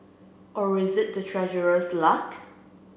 or is it the treasurer's luck